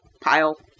pile